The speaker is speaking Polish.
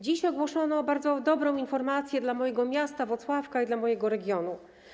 Dziś ogłoszono bardzo dobrą informację dla mojego miasta Włocławka i dla mojego regionu.